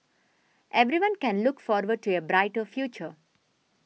everyone can look forward to a brighter future